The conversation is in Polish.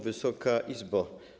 Wysoka Izbo!